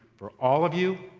for all of you,